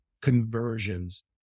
conversions